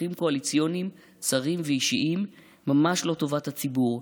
צרכים קואליציוניים צרים ואישיים וממש לא את טובת הציבור.